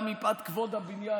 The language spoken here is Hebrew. גם מפאת כבוד הבניין,